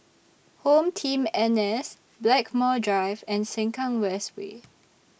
Home Team N S Blackmore Drive and Sengkang West Way